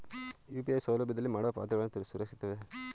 UPI ಸೌಲಭ್ಯದಲ್ಲಿ ಮಾಡುವ ಪಾವತಿಗಳು ಸುರಕ್ಷಿತವೇ?